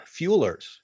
fuelers